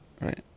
Right